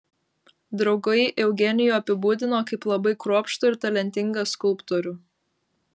draugai eugenijų apibūdino kaip labai kruopštų ir talentingą skulptorių